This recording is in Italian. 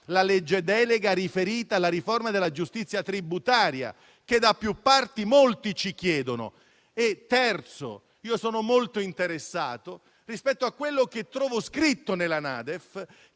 la legge delega riferita alla riforma della giustizia tributaria, che da più parti molti ci chiedono. In terzo luogo, sono molto interessato rispetto a quanto scritto nella NADEF